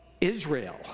Israel